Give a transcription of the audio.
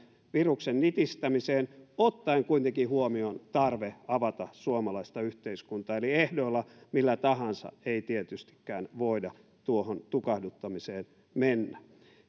viruksen nitistämiseen ottaen kuitenkin huomioon tarve avata suomalaista yhteiskuntaa eli ehdoilla millä tahansa ei tietystikään voida tuohon tukahduttamiseen mennä